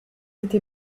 été